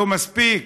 לא מספיק?